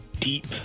deep